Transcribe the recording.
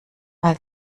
weil